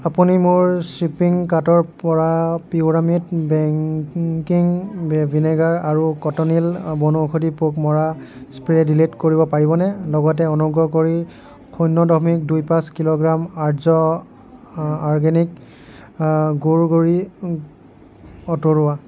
আপুনি মোৰ ছিপিং কাৰ্টৰ পৰা পিউৰামেট বেংকিং ভিনেগাৰ আৰু কটনীল বনৌষধি পোক মৰা স্প্ৰে' ডিলিট কৰিব পাৰিবনে লগতে অনুগ্ৰহ কৰি শূন্য দশমিক দুই পাঁচ কিলোগ্ৰাম আৰ্য অৰ্গেনিক গুৰ গুড়ি আঁতৰোৱা